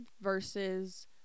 versus